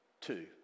two